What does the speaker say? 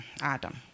Adam